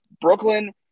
Brooklyn